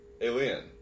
Alien